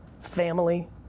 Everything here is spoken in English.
family